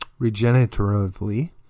regeneratively